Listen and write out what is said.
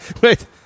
Wait